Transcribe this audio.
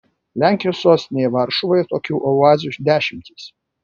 lenkijos sostinėje varšuvoje tokių oazių dešimtys